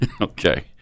Okay